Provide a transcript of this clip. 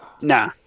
nah